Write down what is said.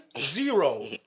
zero